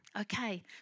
okay